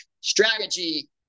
strategy